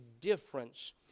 difference